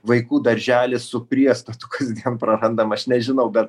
vaikų darželis su priestatu kasdien prarandam aš nežinau bet